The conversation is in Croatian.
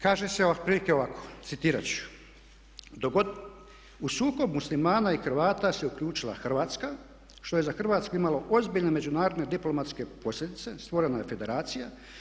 Kaže se otprilike ovako: “ Dok god u sukob Muslimana i Hrvata se uključila Hrvatska što je za Hrvatsku imalo ozbiljne, međunarodne diplomatske posljedice, stvorena je federacija.